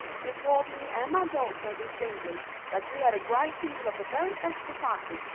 you told me and my daughter distinctly that you had a great deal of the very best society,